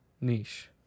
Niche